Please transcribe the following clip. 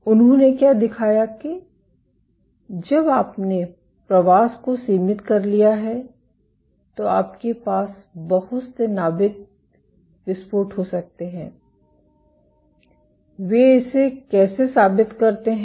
उन्होंने क्या दिखाया कि जब आपने प्रवास को सीमित कर लिया है तो आपके पास बहुत से नाभिक विस्फोट हो सकते हैं वे इसे कैसे साबित करते हैं